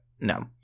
no